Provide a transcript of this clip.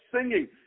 singing